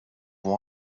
have